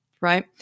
right